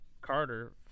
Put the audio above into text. Carter